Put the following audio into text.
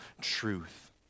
truth